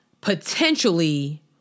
potentially